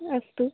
अस्तु